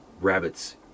rabbits